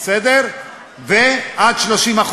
ועד 30%,